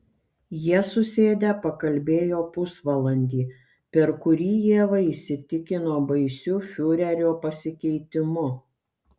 jie susėdę pakalbėjo pusvalandį per kurį ieva įsitikino baisiu fiurerio pasikeitimu